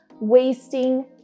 wasting